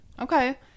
okay